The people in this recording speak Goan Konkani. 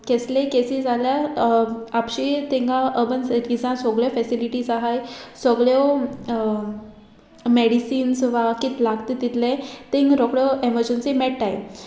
केसलेय केसी आसल्यार आपशी थिंगा अर्बन सिटिजान सोगल्यो फेसिलिटीज आहाय सोगल्यो मेडिसिन्स वा कित लागता तितलेंय थिंगां रोकडो एमरजंसी मेळटाय